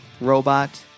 robot